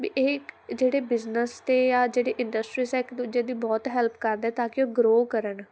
ਵੀ ਇਹ ਇੱਕ ਜਿਹੜੇ ਬਿਜ਼ਨਸ ਤੇ ਆ ਜਿਹੜੇ ਇੰਡਸਟਰੀਜ ਆ ਇੱਕ ਦੂਜੇ ਦੀ ਬਹੁਤ ਹੈਲਪ ਕਰਦੇ ਤਾਂ ਕਿ ਉਹ ਗਰੋ ਕਰਨ